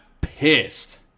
pissed